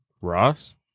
Ross